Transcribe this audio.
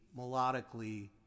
melodically